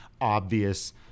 obvious